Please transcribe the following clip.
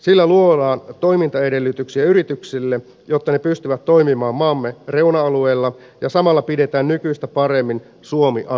sillä luodaan toimintaedellytyksiä yrityksille jotta ne pystyvät toimimaan maamme reuna alueilla ja samalla pidetään nykyistä paremmin suomi asuttuna